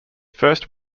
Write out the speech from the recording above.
first